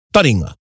Taringa